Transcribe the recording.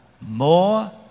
more